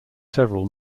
several